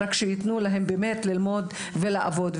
רק שייתנו להם באמת ללמוד ולעבוד.